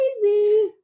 crazy